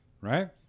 right